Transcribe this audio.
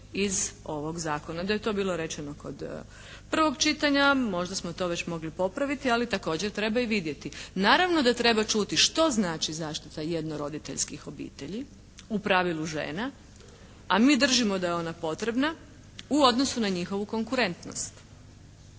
iz ovog zakona. Da je to bilo rečeno kod prvog čitanja možda smo to mogli već popraviti, ali također treba i vidjeti. Naravno da treba čuti što znači zaštita jedno roditeljskih obitelji, u pravilu žena a mi držimo da je ona potrebna u odnosu na njihovu konkurentnost.